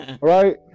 right